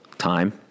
time